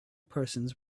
persons